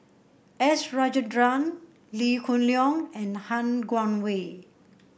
S Rajendran Lee Hoon Leong and Han Guangwei